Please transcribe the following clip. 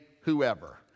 whoever